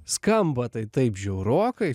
skamba tai taip žiaurokai